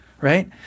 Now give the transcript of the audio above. right